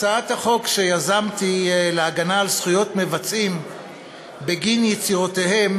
הצעת החוק שיזמתי להגנה על זכויות מבצעים בגין יצירותיהם